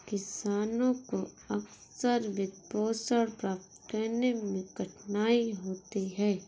किसानों को अक्सर वित्तपोषण प्राप्त करने में कठिनाई होती है